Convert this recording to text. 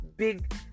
Big